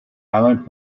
island